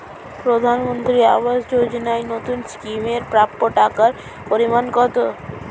প্রধানমন্ত্রী আবাস যোজনায় নতুন স্কিম এর প্রাপ্য টাকার পরিমান কত?